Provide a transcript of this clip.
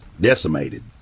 decimated